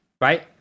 right